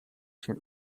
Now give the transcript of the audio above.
się